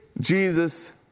Jesus